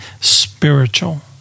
spiritual